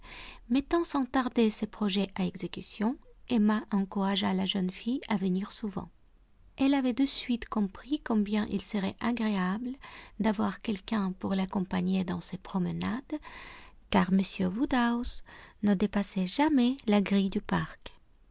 mettant sans tarder ses projets à exécution emma encouragea la jeune fille à venir souvent elle avait de suite compris combien il serait agréable d'avoir quelqu'un pour l'accompagner dans ses promenades car m woodhouse ne dépassait jamais la grille du parc